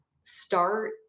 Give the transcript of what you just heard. start